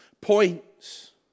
points